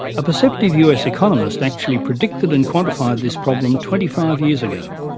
a perceptive us economist actually predicted and quantified this problem twenty five years ago,